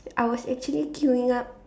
I was actually queuing up